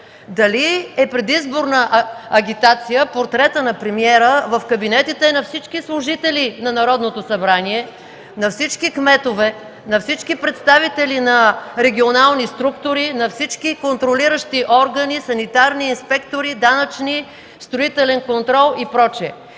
Дали е предизборна агитация портретът на премиера в кабинетите на всички служители на Народното събрание, на всички кметове, на всички представители на регионални структури, на всички контролиращи органи, санитарни инспектори, данъчни, строителен контрол и прочие?